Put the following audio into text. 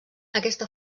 aquesta